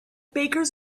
bakers